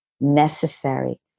necessary